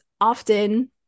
Often